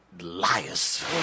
Liars